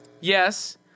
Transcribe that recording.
Yes